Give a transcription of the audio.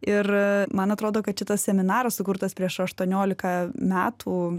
ir man atrodo kad šitas seminaras sukurtas prieš aštuoniolika metų